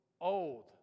old